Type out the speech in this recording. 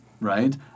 right